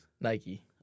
Nike